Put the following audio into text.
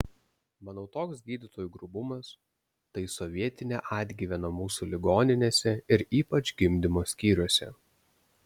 manau toks gydytojų grubumas tai sovietinė atgyvena mūsų ligoninėse ir ypač gimdymo skyriuose